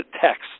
text